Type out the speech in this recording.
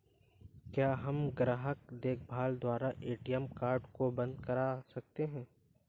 क्या हम ग्राहक देखभाल द्वारा ए.टी.एम कार्ड को बंद करा सकते हैं?